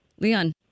Leon